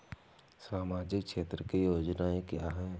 सामाजिक क्षेत्र की योजनाएँ क्या हैं?